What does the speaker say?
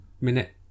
minute